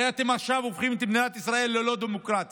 הרי אתם עכשיו הופכים את מדינת ישראל ללא דמוקרטית